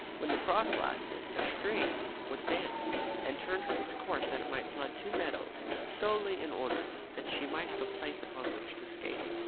when the frost lasted a stream was dammed and turned from its course that it might flood two meadows, solely in order that she might have a place upon which to skate.